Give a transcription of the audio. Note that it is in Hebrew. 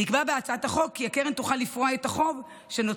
נקבע בהצעת החוק כי הקרן תוכל לפרוע את החוב שנוצר